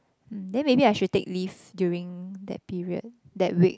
mm then maybe I should take leave during that period that week